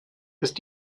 ist